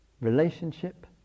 relationship